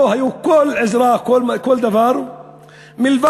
לא הייתה כל עזרה מלבד הפינוי,